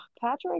patrick